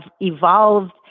evolved